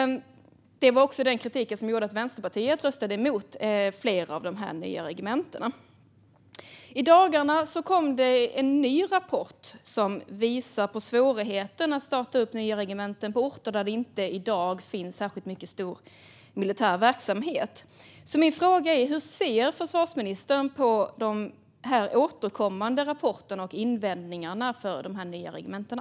Det var också den kritik som gjorde att Vänsterpartiet röstade emot flera av de här nya regementena. I dagarna kom det en ny rapport som visar på svårigheter med att starta nya regementen på orter där det i dag inte finns särskilt mycket militär verksamhet. Hur ser försvarsministern på de återkommande rapporterna och invändningarna mot de nya regementena?